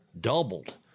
doubled